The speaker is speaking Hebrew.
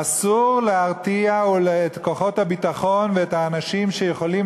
אסור להרתיע את כוחות הביטחון ואת האנשים שיכולים